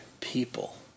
people